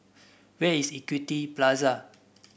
where is Equity Plaza